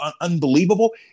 unbelievable